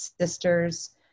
Sisters